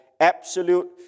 absolute